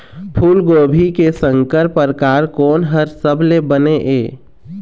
फूलगोभी के संकर परकार कोन हर सबले बने ये?